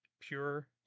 pure